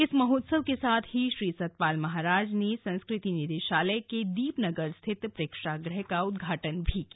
इस महोत्सव के साथ ही श्री सतपाल महाराज ने संस्कृति निदेशालय के दीपनगर स्थित प्रेक्षागृह का उद्घाटन भी किया